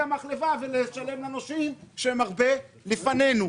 המחלבה ולשלם לנושים שהם הרבה לפנינו.